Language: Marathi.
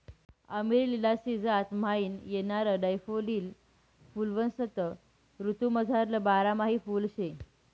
अमेरिलिडासी जात म्हाईन येणारं डैफोडील फुल्वसंत ऋतूमझारलं बारमाही फुल शे